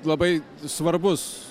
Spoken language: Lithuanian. labai svarbus